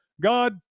God